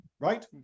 Right